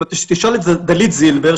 אם תשאל את דלית זילבר,